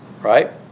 right